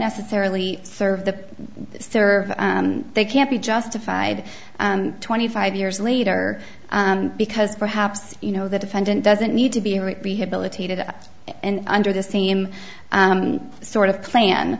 necessarily serve the serve they can't be justified twenty five years later because perhaps you know the defendant doesn't need to be rehabilitated and under the same sort of plan